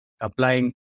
applying